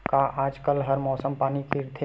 का आज कल हर मौसम पानी गिरथे?